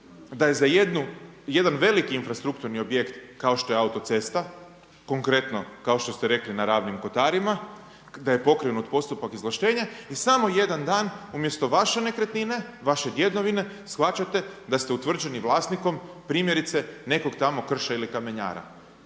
da je za jedan veliki infrastrukturni objekt kao što je autocesta, konkretno kao što ste rekli na Ravnim Kotarima, da je pokrenut postupak izvlaštenja. I samo jedan dan umjesto vaše nekretnine, vaše djedovine shvaćate da ste utvrđeni vlasnikom, primjerice nekog tamo krša ili kamenjara.